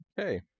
Okay